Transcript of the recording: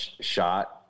shot